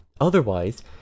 Otherwise